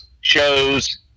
shows